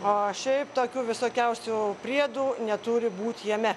o šiaip tokių visokiausių priedų neturi būt jame